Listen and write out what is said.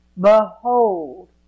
behold